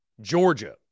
Georgia